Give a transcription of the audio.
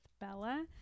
Bella